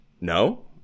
no